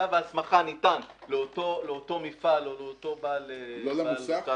כתב ההסמכה ניתן לאותו מפעל או לאותו בעל חברה,